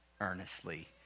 earnestly